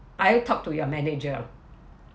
I talk to your manager